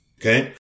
Okay